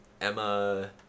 Emma